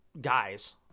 guys